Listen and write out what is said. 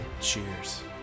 cheers